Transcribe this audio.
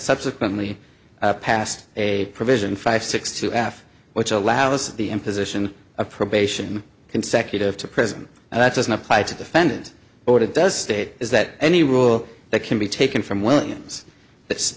subsequently passed a provision five six two af which allows the imposition of probation consecutive to prison and that doesn't apply to defendant but it does state is that any rule that can be taken from williams th